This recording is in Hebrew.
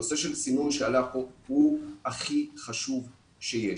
הנושא של סינון שעלה כאן הוא הכי חשוב שיש.